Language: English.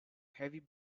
heavy